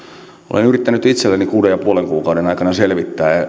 olen yrittänyt itselleni kuuden pilkku viiden kuukauden aikana selvittää